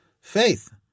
faith